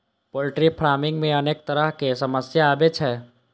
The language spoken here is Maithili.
पोल्ट्री फार्मिंग मे अनेक तरहक समस्या आबै छै